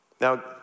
Now